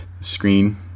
screen